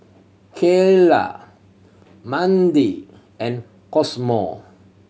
Keyla Mandi and Cosmo